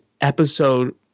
episode